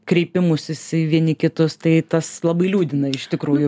kreipimusis į vieni kitus tai tas labai liūdina iš tikrųjų